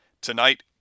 Tonight